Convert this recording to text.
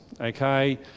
okay